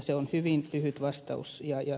se on hyvin lyhyt vastaus siihen